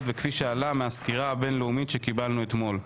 וכפי שעלה מהסקירה הבין-לאומית שקיבלנו אתמול.